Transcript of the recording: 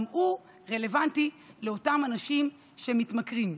גם הוא רלוונטי לאותם אנשים שמתמכרים,